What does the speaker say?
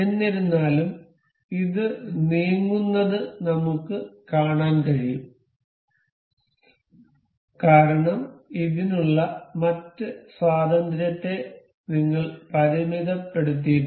എന്നിരുന്നാലും ഇത് നീങ്ങുന്നത് നമുക്ക് കാണാൻ കഴിയും കാരണം ഇതിനുള്ള മറ്റ് സ്വാതന്ത്ര്യത്തെ നിങ്ങൾ പരിമിതപ്പെടുത്തിയിട്ടില്ല